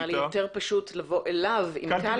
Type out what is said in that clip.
נראה לי יותר פשוט לבוא אליו עם הקלפי.